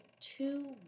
two